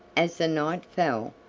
as the night fell,